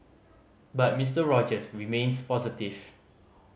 but Mister Rogers remains positive